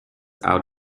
out